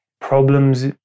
problems